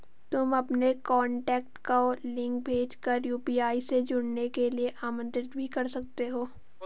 तुम अपने कॉन्टैक्ट को लिंक भेज कर यू.पी.आई से जुड़ने के लिए आमंत्रित भी कर सकते हो